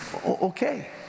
Okay